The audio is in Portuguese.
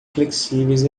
flexíveis